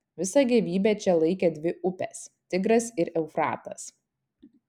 visą gyvybę čia laikė dvi upės tigras ir eufratas